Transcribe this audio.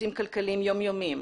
נושאים כלכליים יום יומיים,